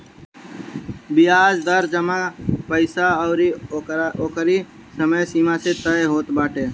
बियाज दर जमा पईसा अउरी ओकरी समय सीमा से तय होत बाटे